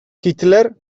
hitler